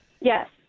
Yes